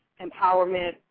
empowerment